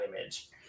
image